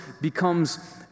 becomes